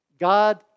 God